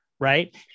Right